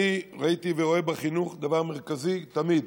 אני ראיתי ורואה בחינוך דבר מרכזי תמיד,